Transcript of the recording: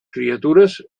criatures